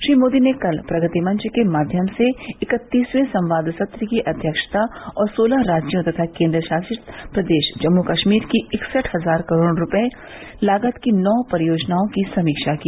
श्री मोदी ने कल प्रगति मंच के माध्यम से इकत्तीसवें संवाद सत्र की अध्यक्षता की और सोलह राज्यों तथा केंद्र शासित प्रदेश जम्मू कश्मीर की इकसठ हजार करोड़ रुपये लागत की नौ परियोजनाओं की समीक्षा की